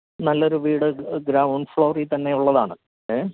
നല്ലൊരു വീട് ഗ്രൌണ്ട് ഫ്ലോറി തന്നെയുള്ളതാണ് ഏ